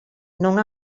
non